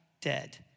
dead